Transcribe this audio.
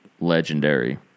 legendary